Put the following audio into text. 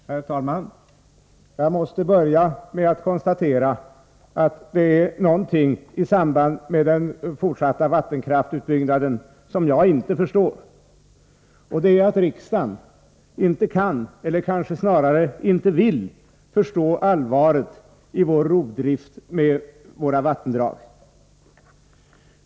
Herr talman! Jag måste börja med att konstatera att det är något i samband med den fortsatta vattenkraftsutbyggnaden som jag inte förstår. Det är att riksdagen inte kan, eller kanske snarare inte vill förstå allvaret i vår rovdrift av våra vattendrag.